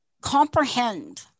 comprehend